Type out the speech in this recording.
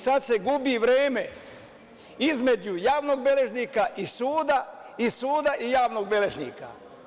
Sad se gubi vreme između javnog beležnika i suda i suda i javnog beležnika.